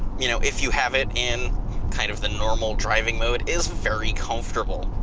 you know if you have it in kind of the normal driving mode, is very comfortable.